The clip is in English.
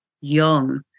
young